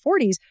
40s